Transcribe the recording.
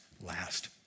last